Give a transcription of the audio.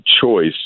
choice